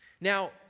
Now